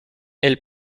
elle